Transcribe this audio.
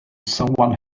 someone